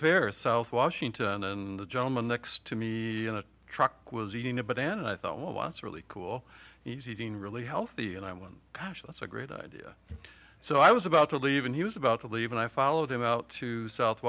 affair south washington and the gentleman next to me in a truck was eating a bit and i thought wow it's really cool he's eating really healthy and i'm like gosh that's a great idea so i was about to leave and he was about to leave and i followed him out to south